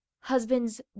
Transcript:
husbands